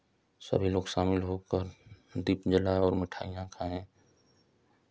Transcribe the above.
सभी लोग शामिल हो कर दीप जलाए और मिठाइयां खाएं